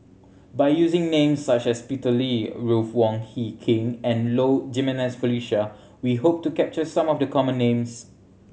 by using names such as Peter Lee Ruth Wong Hie King and Low Jimenez Felicia we hope to capture some of the common names